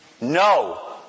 no